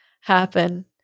happen